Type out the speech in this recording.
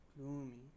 gloomy